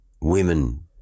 women